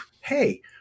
Hey